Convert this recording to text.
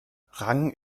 rang